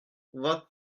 vingt